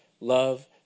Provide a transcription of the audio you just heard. Love